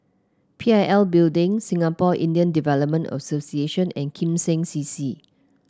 P I L Building Singapore Indian Development Association and Kim Seng C C